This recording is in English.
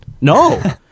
No